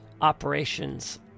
operations